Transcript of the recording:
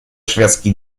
шведский